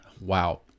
Wow